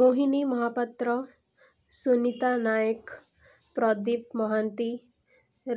Mohini Mohapatra Sunita Naik Pradeep Mohanty